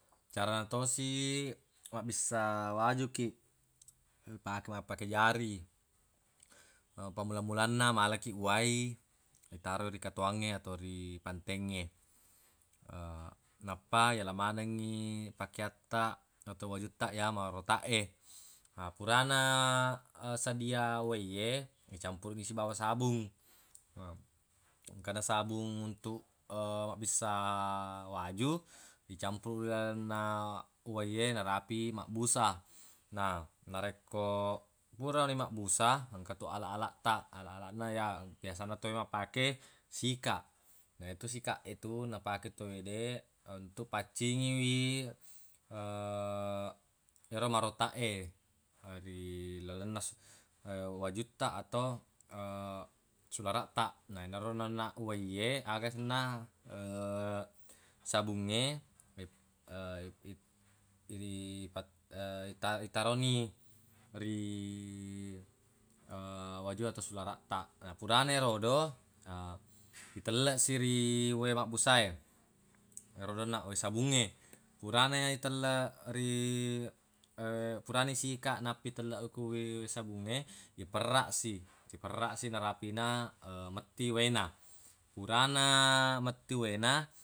Carana tosi mabbissa wajukiq, ipake mappake jari. Pammula-mulanna malakiq uwai itaro ri katoangnge atau ri pantengnge, nappa yala manengngi pakeattaq atau wajuttaq ya marotaq e. Na furana sadia uwaiye icampuruq ni sibawa sabung, engkana sabung untuq mabbissa waju icampuruq rilalenna uwaiye narapi mabbusa. Na narekko purani mabbusa engkatu alaq-alaqtaq alaq-alaqna ya biasanna tawwe mappake sikaq. Na yetu sikaq etu napake tawwede untuq paccingiwi ero marotaq e ri lalenna su- wajuttaq atau sularaqtaq na enaro onnaq uwaiye aga senna sabungnge i- ripat- ita- itaronni ri wajue atau sularaqtaq. Na purana erodo, na itellessi ri uwai mabbusae ero onnaq uwai sabungnge purana itelleq ri purana isikaq nappa itelleq ku ki sabungnge iperraq si iperraq si narapina metti uwaina purana metti uwaina.